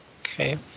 Okay